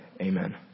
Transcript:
Amen